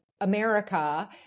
America